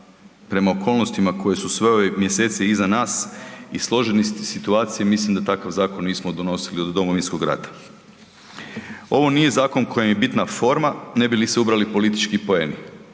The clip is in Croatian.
prema okolnostima koji su sve ove mjeseci iza nas i složenosti situacije, mislim da takav zakon nismo donosili od Domovinskog rata. Ovo nije zakon kojem je bitna forma ne bi li se ubrali politički poeni,